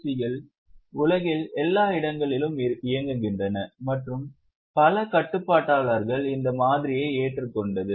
C கள் உலகில் எல்லா இடங்களிலும் இயங்குகின்றன மற்றும் பல கட்டுப்பாட்டாளர்கள் இந்த மாதிரியை ஏற்றுக்கொண்டது